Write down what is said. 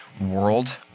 world